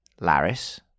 laris